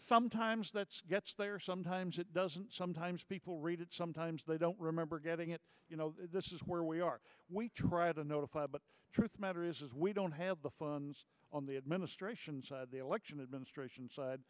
sometimes that's gets there sometimes it doesn't sometimes people read it sometimes they don't remember getting it you know this is where we are we try to notify but truth matter is we don't have the funds on the administration's election administration side